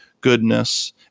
goodness